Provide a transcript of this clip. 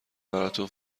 براتون